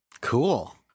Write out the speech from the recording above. Cool